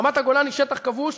רמת-הגולן היא שטח כבוש.